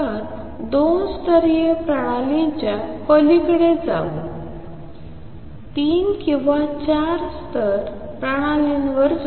तर दोन स्तरीय प्रणालींच्या पलीकडे जाऊ तर तीन किंवा चार स्तर प्रणालीवर जाउ